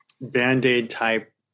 Band-Aid-type